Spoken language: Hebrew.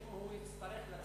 אם הוא יצטרך לצאת.